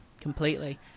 completely